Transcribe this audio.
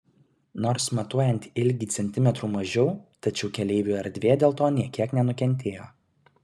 nors matuojant ilgį centimetrų mažiau tačiau keleivių erdvė dėl to nė kiek nenukentėjo